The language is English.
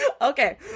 Okay